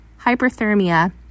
hyperthermia